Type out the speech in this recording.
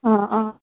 অ অ